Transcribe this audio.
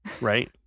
Right